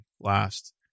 last